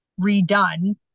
redone